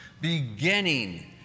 beginning